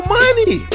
money